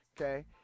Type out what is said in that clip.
okay